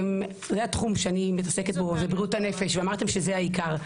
התחום שאני מתעסקת בו זה בריאות הנפש ואמרתם שזה העיקר.